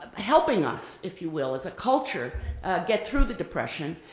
helping us, if you will, as a culture get through the depression,